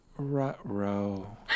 Row